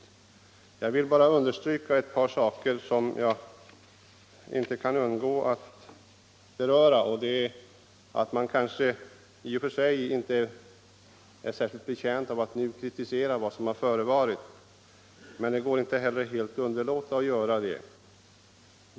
Jag vill understryka ett par saker i sammanhanget. Man kanske i och för sig inte är särskilt betjänt av att kritisera vad som förevarit, men det går inte att helt underlåta att göra det.